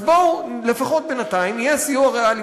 אז בואו לפחות בינתיים יהיה סיוע ריאלי